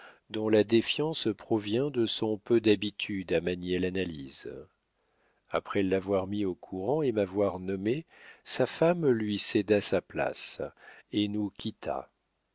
dont la défiance provient de son peu d'habitude à manier l'analyse après l'avoir mis au courant et m'avoir nommé sa femme lui céda sa place et nous quitta